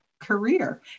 career